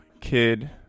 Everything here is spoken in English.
kid